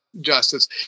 justice